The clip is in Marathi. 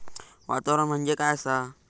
वातावरण म्हणजे काय आसा?